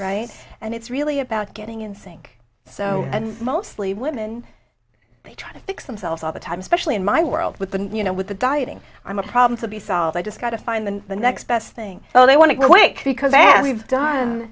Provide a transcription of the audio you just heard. right and it's really about getting in sync so and mostly women they try to fix themselves all the time especially in my world with the you know with the dieting i'm a problem to be solved i just got to find the next best thing they want to go away because as we've done